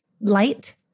light